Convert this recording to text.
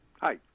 Hi